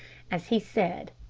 as he said,